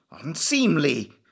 unseemly